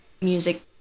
music